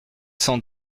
cent